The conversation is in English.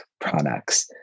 products